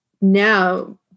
now